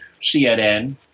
CNN